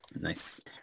Nice